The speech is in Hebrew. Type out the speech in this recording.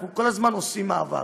אנחנו כל הזמן עושים מעבר,